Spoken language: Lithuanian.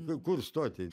nu kur stoti